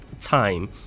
time